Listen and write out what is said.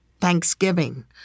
thanksgiving